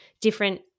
different